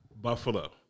Buffalo